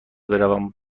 بروم